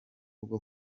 bwo